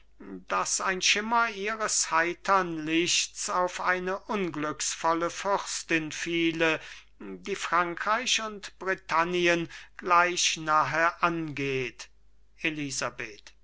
daß ein schimmer ihres heitern lichts auf ein unglücksvolle fürstin fiele die frankreich und britannien gleich nahe angeht elisabeth